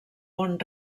bon